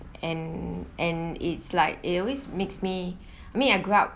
and and it's like it always makes me I mean I grew up